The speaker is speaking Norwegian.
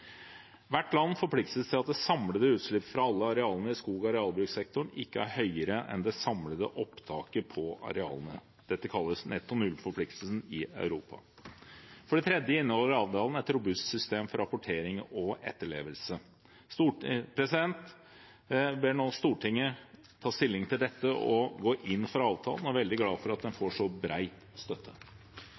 Hvert land forpliktes til at det samlede utslippet fra alle arealene i skog- og arealbrukssektoren ikke er høyere enn det samlede opptaket på arealene. Dette kalles netto-null-forpliktelsen i Europa. For det tredje inneholder avtalen et robust system for rapportering og etterlevelse. Jeg ber nå Stortinget ta stilling til dette og gå inn for avtalen, og jeg er veldig glad for at den får så bred støtte.